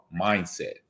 mindset